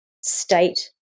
state